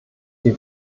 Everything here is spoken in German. die